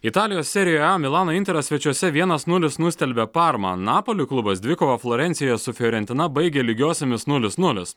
italijos serijoje a milano interas svečiuose vienas nulis nustelbė parmą napolio klubas dvikovą florencijoje su fiorentina baigė lygiosiomis nulis nulis